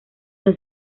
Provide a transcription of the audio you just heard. los